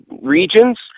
regions